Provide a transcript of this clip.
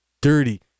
dirty